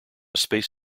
space